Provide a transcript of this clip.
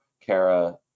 Kara